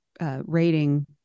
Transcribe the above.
rating